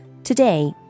Today